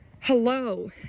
Hello